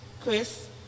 chris